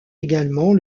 également